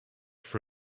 for